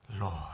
Lord